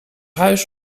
huis